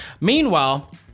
Meanwhile